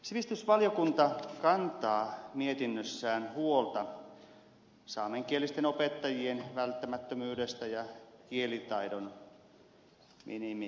sivistysvaliokunta kantaa mietinnössään huolta saamenkielisten opettajien välttämättömyydestä ja kielitaidon minimivaatimuksista